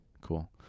Cool